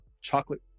chocolate